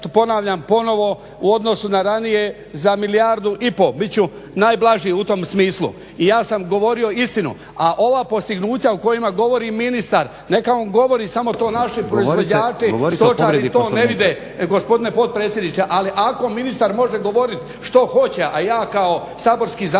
ponavljam ponovno u odnosu na ranije za milijardu i pol, bit ću najblaži u tom smislu. I ja sam govorio istinu, a ova postignuća o kojima govori ministar neka on govori, samo to naši proizvođači, stočari to ne vide gospodine potpredsjedniče. Ali ako ministar može govoriti što hoće a ja kao saborski ne